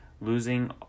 losing